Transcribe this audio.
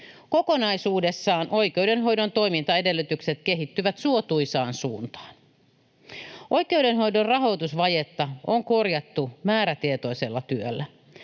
Kokonaisuudessaan oikeudenhoidon toimintaedellytykset kehittyvät suotuisaan suuntaan. Oikeudenhoidon rahoitusvajetta on korjattu määrätietoisella työllä.